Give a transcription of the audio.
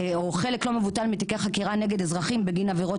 או חלק לא מבוטל מתיקי חקירה נגד אזרחים בגין עבירות